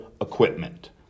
equipment